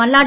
Malladi